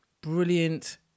brilliant